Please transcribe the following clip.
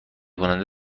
کننده